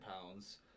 pounds